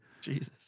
Jesus